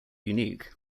unique